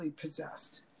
possessed